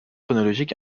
chronologique